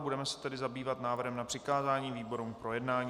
Budeme se tedy zabývat návrhem na přikázání výborům k projednání.